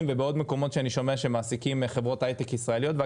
ובעוד מקומות שאני שומע שחברות הייטק ישראליות מעסיקות